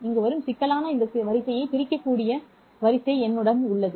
இங்கு வரும் சிக்கலான இந்த சிக்கலான வரிசையை பிரிக்கக்கூடிய வரிசை என்னிடம் உள்ளது